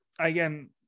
Again